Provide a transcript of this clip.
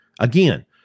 Again